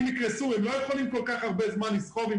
ממילא הרי היינו סגורים בכפייה,